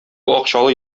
акчалы